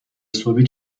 صبحی